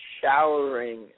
showering